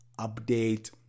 update